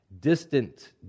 distant